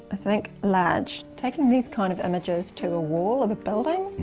i think, large. taking these kind of images to a wall of a building.